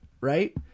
right